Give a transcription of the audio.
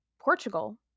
Portugal